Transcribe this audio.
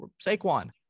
saquon